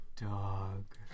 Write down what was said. dog